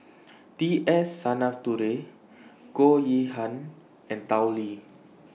T S Sinnathuray Goh Yihan and Tao Li